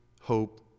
hope